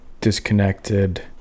disconnected